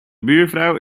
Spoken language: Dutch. buurvrouw